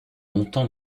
montant